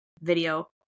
video